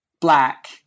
black